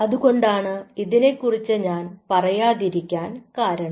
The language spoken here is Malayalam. അതുകൊണ്ടാണ് ഇതിനെക്കുറിച്ച് ഞാൻ പറയാതിരിക്കാൻ കാരണം